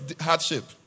hardship